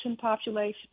population